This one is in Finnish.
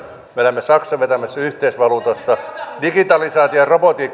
me elämme saksan vetämässä yhteisvaluutassa